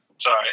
Sorry